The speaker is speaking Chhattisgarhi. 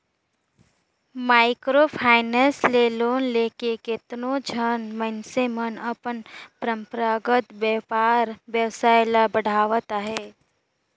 माइक्रो फायनेंस ले लोन लेके केतनो झन मइनसे मन अपन परंपरागत बयपार बेवसाय ल बढ़ावत अहें